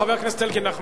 חבר הכנסת אלקין,